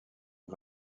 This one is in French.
ont